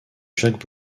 jacques